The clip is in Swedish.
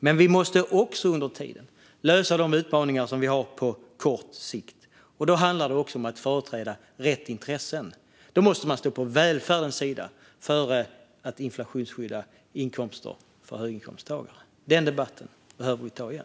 Men vi måste också under tiden lösa de utmaningar som vi har på kort sikt. Då handlar det också om att företräda rätt intressen. Då måste man stå på välfärdens sida i stället för att inflationsskydda inkomster för höginkomsttagare. Den debatten behöver vi ta igen.